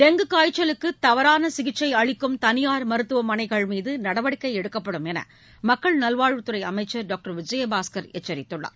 dengue காய்ச்சலுக்கு தவறான சிகிச்சை அளிக்கும் தனியார் மருத்துவமனைகள் மீது நடவடிக்கை எடுக்கப்படும் என மக்கள் நல்வாழ்வுத் துறை அமைச்சள் டாக்டர் விஜயபாஸ்கள் எச்சித்துள்ளார்